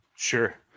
Sure